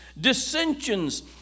dissensions